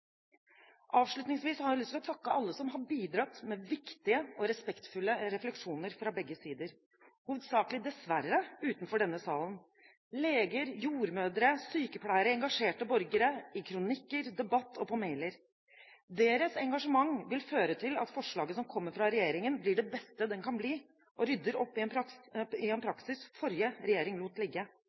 Avslutningsvis har jeg lyst til å takke alle som har bidratt med viktige og respektfulle refleksjoner fra begge sider – hovedsakelig dessverre utenfor denne salen: leger, jordmødre, sykepleiere og engasjerte borgere i kronikker, i debatter og på mailer. Deres engasjement vil føre til at forslaget som kommer fra regjeringen, blir det beste det kan bli og rydder opp i en praksis den forrige regjeringen lot ligge.